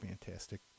fantastic